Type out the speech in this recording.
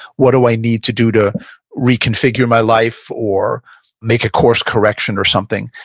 what do i need to do to reconfigure my life or make a course correction or something?